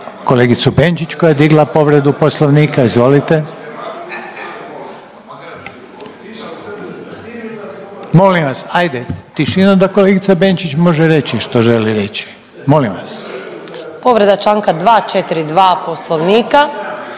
kolegicu Benčić koja je digla povredu Poslovnika. Izvolite. Molim vas, ajde, tišina da kolegica Bečić može reći što želi reći, molim vas. **Benčić, Sandra